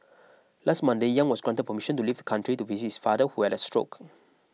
last Monday Yang was granted permission to leave the country to visit his father who had a stroke